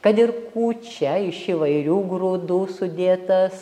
kad ir kūčia iš įvairių grūdų sudėtas